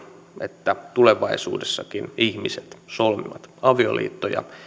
että tulevaisuudessakin ihmiset solmivat avioliittoja